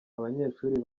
abanyeshuri